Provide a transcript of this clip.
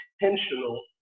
intentional